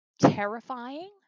terrifying